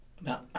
now